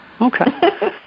Okay